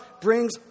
brings